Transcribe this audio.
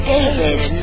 David